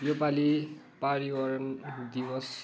यो पालि पर्यावरण दिवस